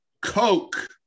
Coke